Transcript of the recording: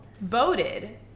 voted